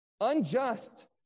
unjust